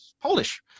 Polish